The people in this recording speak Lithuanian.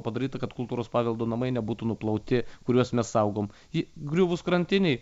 padaryta kad kultūros paveldo namai nebūtų nuplauti kuriuos mes saugom į griuvus krantinei